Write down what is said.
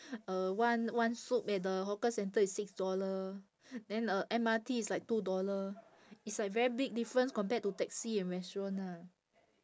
uh one one soup at the hawker center is six dollar then uh M_R_T is like two dollar it's like very big difference compared to taxi and restaurant lah